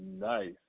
nice